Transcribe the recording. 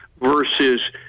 versus